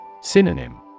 Synonym